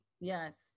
yes